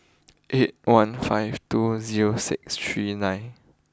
eight one five two zero six three nine